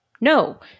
No